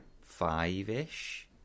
five-ish